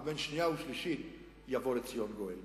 ובין שנייה לשלישית יבוא לציון גואל.